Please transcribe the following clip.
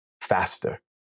faster